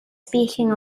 speaking